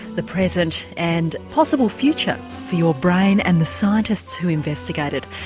the present and possible future for your brain and the scientists who investigate it.